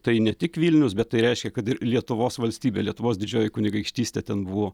tai ne tik vilnius bet tai reiškia kad ir lietuvos valstybė lietuvos didžioji kunigaikštystė ten buvo